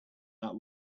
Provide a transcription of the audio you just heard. that